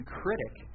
critic